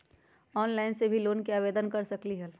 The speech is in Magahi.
ऑनलाइन से भी लोन के आवेदन कर सकलीहल?